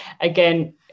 again